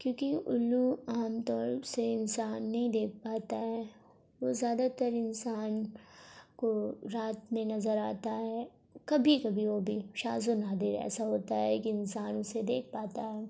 کیونکہ الو عام طور سے انسان نہیں دیکھ پاتا ہے وہ زیادہ تر انسان کو رات میں نظر آتا ہے کبھی کبھی وہ بھی شاذ و نادر ایسا ہوتا ہے کہ انسان اسے دیکھ پاتا